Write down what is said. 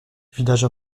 village